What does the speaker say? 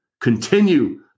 continue